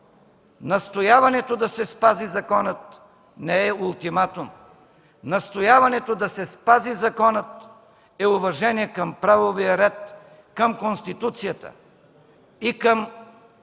Настояването да се спази законът не е ултиматум. Настояването да се спази законът е уважение към правовия ред, към Конституцията и към този